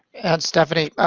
stephanie. um,